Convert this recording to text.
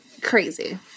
Crazy